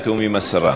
בתיאום עם השרה.